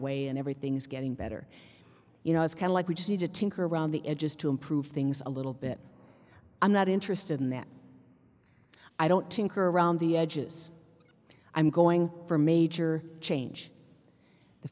way and everything's getting better you know it's kind of like we just need to tinker around the edges to improve things a little bit i'm not interested in that i don't tinker around the edges i'm going for major change the